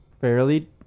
fairly